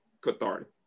cathartic